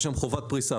יש שם חובת פריסה.